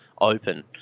open